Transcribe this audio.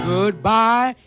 Goodbye